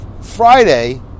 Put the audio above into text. Friday